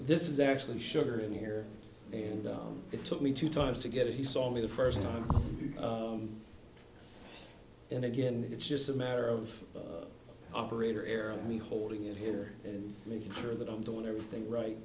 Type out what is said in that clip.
this is actually sugar in here and it took me two times to get he saw me the first time and again it's just a matter of operator error me holding it here and making sure that i'm doing everything right